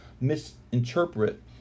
misinterpret